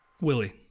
Willie